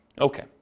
Okay